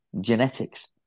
genetics